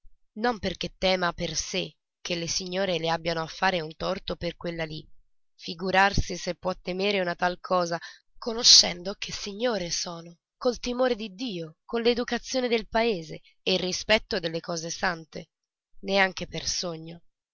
non perché tema per sé che le signore le abbiano a fare un torto per quella lì figurarsi se può temere una tal cosa conoscendo che signore sono col timore di dio con l'educazione del paese e il rispetto delle cose sante neanche per sogno